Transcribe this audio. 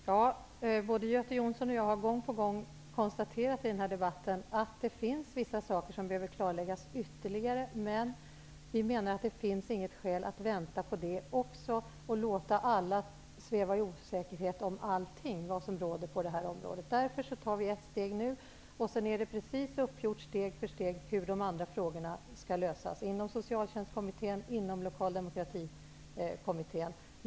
Herr talman! Både Göte Jonsson och jag har gång på gång i den här debatten konstaterat att det finns vissa saker som ytterligare behöver klarläggas, men det finns inget skäl att också vänta på detta och låta alla sväva i osäkerhet om allting som råder på detta område. Vi tar därför ett steg nu. Sedan är det uppgjort steg för steg hur de andra frågorna skall lösas inom Socialtjänstkommittén och inom Lokaldemokratikommittén.